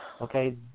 okay